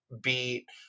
beat